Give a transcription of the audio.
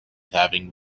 having